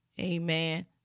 Amen